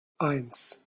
eins